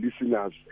listeners